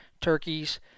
turkeys